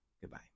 goodbye